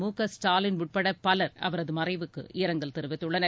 முகஸ்டாலின் உட்பட பலர் அவரது மறைவுக்கு இரங்கல் தெரிவித்துள்ளனர்